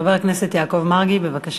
חבר הכנסת יעקב מרגי, בבקשה.